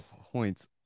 points